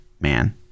man